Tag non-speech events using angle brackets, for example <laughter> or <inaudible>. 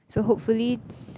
so hopefully <noise>